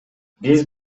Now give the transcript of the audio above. биз